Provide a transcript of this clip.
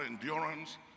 endurance